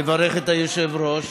לברך את היושב-ראש